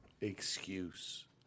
excuse